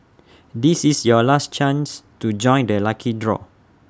this is your last chance to join the lucky draw